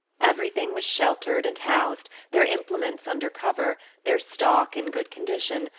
everything was sheltered and housed, their implements under cover, their stock in good condition,